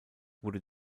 wurde